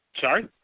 Sorry